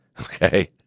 Okay